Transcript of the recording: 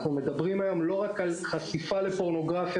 אנחנו מדברים לא רק על חשיפה לפורנוגרפיה